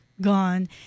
gone